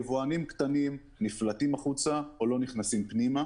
יבואנים קטנים נפלטים החוצה או לא נכנסים פנימה.